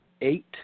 eight